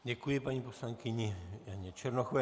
Děkuji paní poslankyni Janě Černochové.